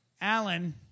Alan